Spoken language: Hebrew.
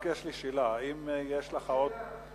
יש לי רק שאלה: האם יש לך עוד,